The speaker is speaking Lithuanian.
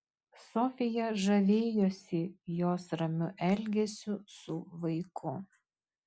sofija žavėjosi jos ramiu elgesiu su vaiku